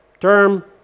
term